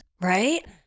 Right